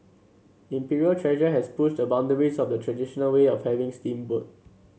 Imperial Treasure has pushed the boundaries of the traditional way of having steamboat